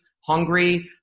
hungry